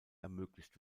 ermöglicht